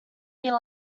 year